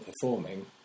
performing